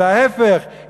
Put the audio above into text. אלא ההפך,